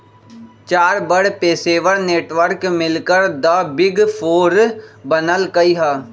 चार बड़ पेशेवर नेटवर्क मिलकर द बिग फोर बनल कई ह